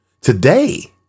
today